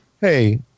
hey